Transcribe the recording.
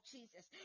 Jesus